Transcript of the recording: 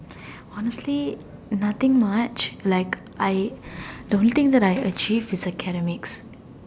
only nothing much like I the only that I achieve is academics